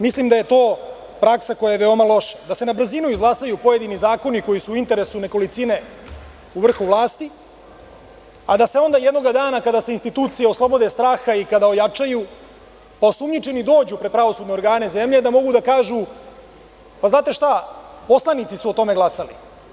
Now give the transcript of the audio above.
Mislim da je to praksa koja je veoma loša – da se na brzinu izglasaju pojedini zakoni koji su u interesu nekolicine u vrhu vlasti, a da se onda jednoga dana kada se institucije oslobode straha i kada ojačaju, pa osumnjičeni dođu pred pravosudne organe zemlje, da mogu da kažu: „Znate šta, poslanici su o tome glasali.